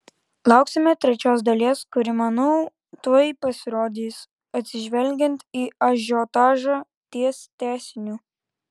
lauksime trečios dalies kuri manau tuoj pasirodys atsižvelgiant į ažiotažą ties tęsiniu